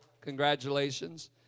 Congratulations